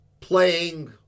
playing